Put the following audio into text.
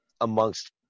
amongst